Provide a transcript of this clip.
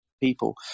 people